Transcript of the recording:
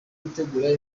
gutegura